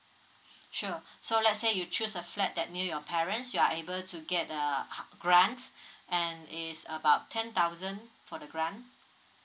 sure so let's say you choose a flat that near your parents you are able to get uh grants and is about ten thousand for the grant